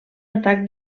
atac